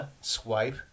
swipe